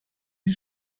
die